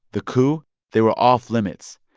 the coup they were off-limits,